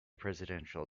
presidential